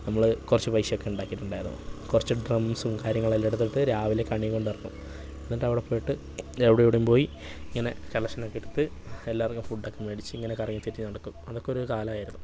നമ്മള് കുറച്ച് പൈസയൊക്കെ ഉണ്ടാക്കിയിട്ടുണ്ടായിരുന്നു കുറച്ച് ഡ്രംസും കാര്യങ്ങളെല്ലാം എടുത്തിട്ട് രാവിലെ കണി കണ്ട് ഇറങ്ങും എന്നിട്ടവിടെ പോയിട്ട് അവിടേയും ഇവിടേയും പോയി ഇങ്ങനെ കലക്ഷനൊക്കെ എടുത്ത് എല്ലാവർക്കും ഫുഡ്ഡൊക്കെ മേടിച്ച് ഇങ്ങനെ കറങ്ങിത്തിരിഞ്ഞ് നടക്കും അതൊക്കെ ഒരു കാലമായിരുന്നു